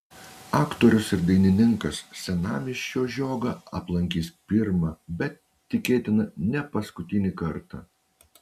aktorius ir dainininkas senamiesčio žiogą aplankys pirmą bet tikėtina ne paskutinį kartą